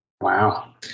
wow